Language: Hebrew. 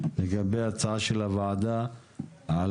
לגבי ההצעה של הוועדה על